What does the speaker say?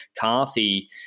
Carthy